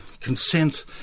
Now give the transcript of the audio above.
consent